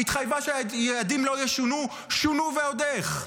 היא התחייבה שהיעדים לא ישונו, שונו ועוד איך.